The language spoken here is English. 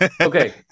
Okay